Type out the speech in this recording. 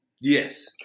yes